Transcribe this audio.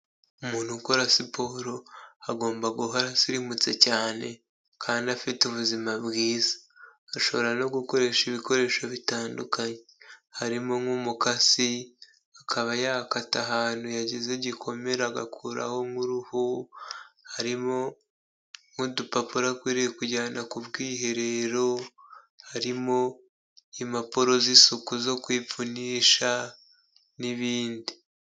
Umuntu ukora siporo agomba guhora asirimutse cyane kandi afite ubuzima bwiza, ashobora no gukoresha ibikoresho bitandukanye harimo nk'umukasi, akaba yakata ahantu yagize igikomere agakuraho nk'uruhu, harimo nk'udupapuro akwiriye kujyana ku bwiherero, harimo impapuro z'isuku zo kwipfunisha n'ibindi.